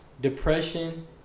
depression